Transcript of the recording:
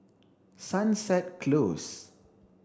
sunset close